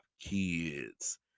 kids